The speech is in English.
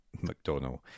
McDonald